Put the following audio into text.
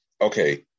okay